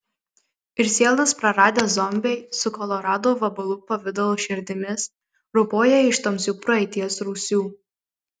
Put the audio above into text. ir sielas praradę zombiai su kolorado vabalų pavidalo širdimis ropoja iš tamsių praeities rūsių